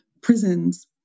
prisons